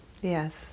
Yes